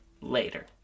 later